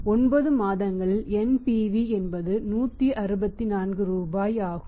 9 மாதங்களில் NPV என்பது 164 ரூபாய் ஆகும்